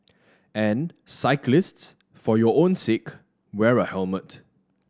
and cyclists for your own sake wear a helmet